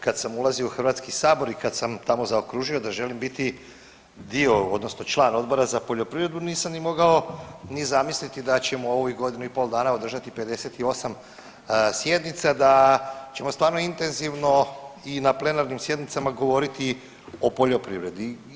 Kad sam ulazio u HS i kad sam tamo zaokružio da želim biti dio član Odbora za poljoprivredu nisam ni mogao zamisliti da ćemo u ovih godinu i pol dana održati 58 sjednica, da ćemo stvarno intenzivno i na plenarnim sjednicama govoriti o poljoprivredi.